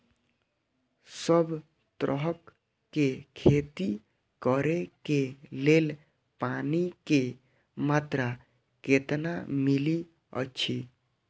सब तरहक के खेती करे के लेल पानी के मात्रा कितना मिली अछि?